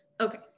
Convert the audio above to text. Okay